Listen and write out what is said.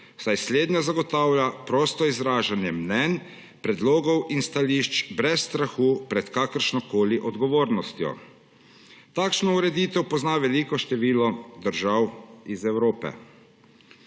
saj slednja zagotavlja prosto izražanje mnenj, predlogov in stališč brez strahu pred kakršnokoli odgovornostjo. Takšno ureditev pozna veliko število držav iz Evrope.